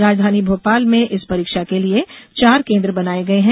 राजधानी भोपाल में इस परीक्षा के लिये चार केन्द्र बनाए गये हैं